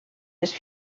les